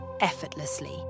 effortlessly